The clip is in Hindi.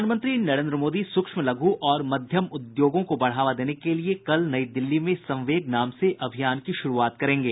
प्रधानमंत्री नरेन्द्र मोदी सूक्ष्म लघु और मध्यम उद्योगों को बढ़ावा देने के लिए कल नई दिल्ली में संवेग नाम से अभियान की शुरूआत करेंगे